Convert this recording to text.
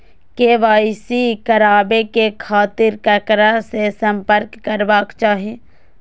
KYC कराबे के खातिर ककरा से संपर्क करबाक चाही?